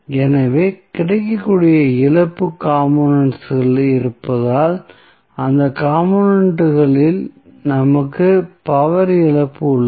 எனவே கிடைக்கக்கூடிய இழப்பு காம்போனென்ட்ஸ் இருப்பதால் அந்த காம்போனென்ட்களில் நமக்கு பவர் இழப்பு உள்ளது